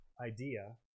idea